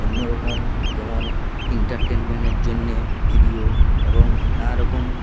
অন্যরকম যেমন ইন্টারটেনমেন্টের জন্যে ভিডিও এবং নানারকম